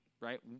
right